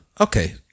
Okay